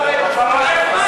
אני מבקש ממך, מוטי יוגב.